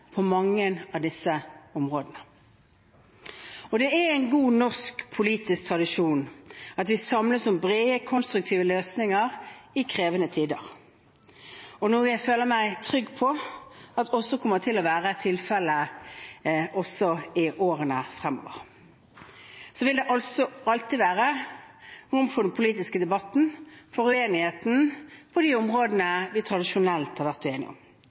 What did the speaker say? på mange av disse områdene. Det er en god norsk politisk tradisjon at vi samles om brede og konstruktive løsninger i krevende tider, noe jeg føler meg trygg på at også kommer til å være tilfelle i årene fremover. Det vil alltid være rom for den politiske debatten og for uenigheten på de områdene vi tradisjonelt har vært uenige om,